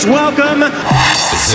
welcome